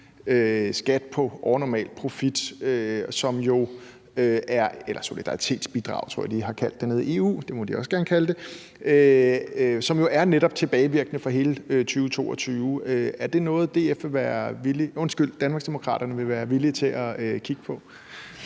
det – som jo netop er tilbagevirkende for hele 2022. Er det noget, Danmarksdemokraterne vil være villige til at kigge på?